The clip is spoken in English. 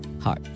heart